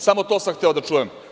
Samo to sam hteo da čujem.